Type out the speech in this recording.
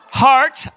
heart